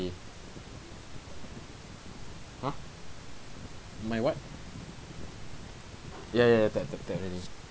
K !huh! my what ya ya tap tap tap already